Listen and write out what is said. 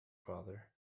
father